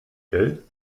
gell